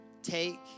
take